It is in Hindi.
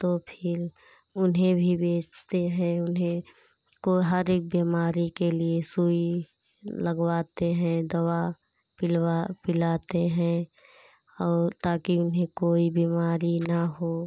तो फिर उन्हें भी बेचते हैं उन्हें को हर एक बीमारी के लिए सुई लगवाते हैं दवा पिलवा पिलाते हैं और ताकि उन्हें कोई बीमारी न हो